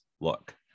look